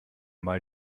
mal